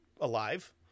alive